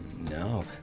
No